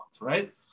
right